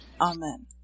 Amen